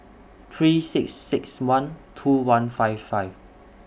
three six six one two one five five